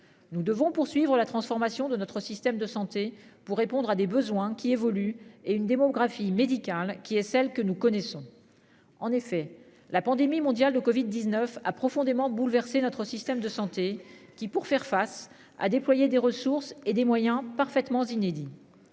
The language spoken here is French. Nous devons Poursuivre la transformation de notre système de santé pour répondre à des besoins qui évoluent et une démographie médicale qui est celle que nous connaissons. En effet, la pandémie mondiale de Covid-19 a profondément bouleversé notre système de santé qui pour faire face à déployer des ressources et des moyens parfaitement inédit.